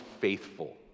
faithful